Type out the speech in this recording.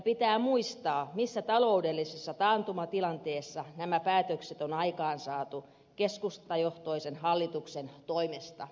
pitää muistaa että nämä päätökset on aikaansaatu taloudellisessa taantumatilanteessa keskustajohtoisen hallituksen toimesta